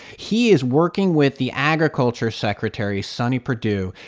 he is working with the agriculture secretary, sonny perdue,